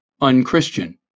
Unchristian